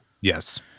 Yes